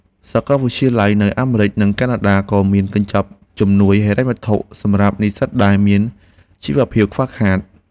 សាកលវិទ្យាល័យនៅអាមេរិក និងកាណាដាក៏មានកញ្ចប់ជំនួយហិរញ្ញវត្ថុសម្រាប់និស្សិតដែលមានជីវភាពខ្វះខាត។